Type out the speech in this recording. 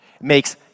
makes